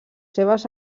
seves